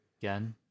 again